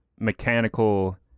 mechanical